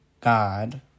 God